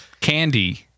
candy